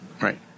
Right